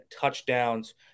touchdowns